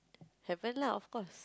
heaven lah of course